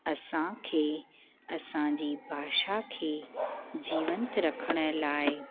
असांखे असांजी भाषा खे जीवंत रखण लाइ